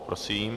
Prosím.